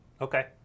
Okay